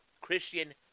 christian